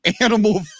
Animal